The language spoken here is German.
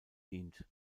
dient